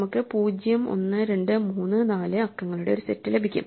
നമുക്ക് 0 1 2 3 4 അക്കങ്ങളുടെ ഒരു സെറ്റ് ലഭിക്കും